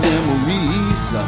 memories